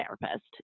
therapist